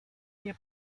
nie